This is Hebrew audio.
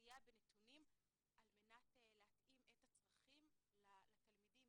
לסייע בנתונים על מנת להתאים את הצרכים לתלמידים.